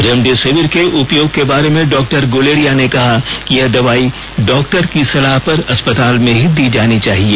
remdesivir के उपयोग के बारे में डॉक्टर गुलेरिया ने कहा कि यह दवाई डॉक्टर की सलाह पर अस्पताल में ही दी जानी चाहिए